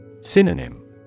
Synonym